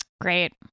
Great